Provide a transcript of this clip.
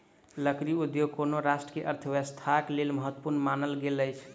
लकड़ी उद्योग कोनो राष्ट्र के अर्थव्यवस्थाक लेल महत्वपूर्ण मानल गेल अछि